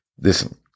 Listen